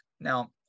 Now